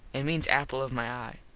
it means apple of my eye.